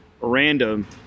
random